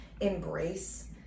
embrace